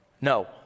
no